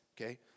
okay